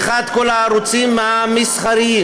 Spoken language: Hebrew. פתיחת כל הערוצים המסחריים.